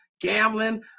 gambling